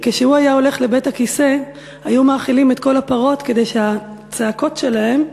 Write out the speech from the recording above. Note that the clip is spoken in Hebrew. שכשהוא היה הולך לבית-הכיסא היו מאכילים את כל הפרות כדי שהצעקות שלהן,